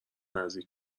نزدیک